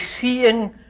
seeing